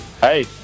Hey